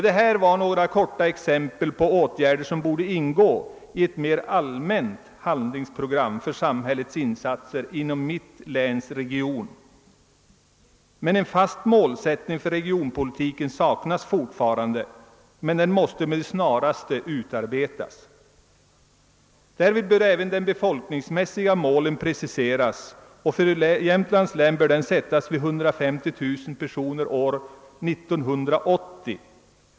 Detta var några få exempel på åtgärder som borde ingå i ett mer allmänt handlingsprogram för samhällets insatser i mitt hemläns region. En fast målsättning för regionpolitiken saknas emellertid fortfarande, men den måste med det snaraste utarbetas. Därvid bör även de befolkningsmässiga målen preciseras, och för Jämtlands län bör de sättas vid 150 000 personer år 1980.